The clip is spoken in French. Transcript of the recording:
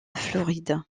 floride